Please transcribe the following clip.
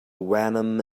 venom